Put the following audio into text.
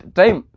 time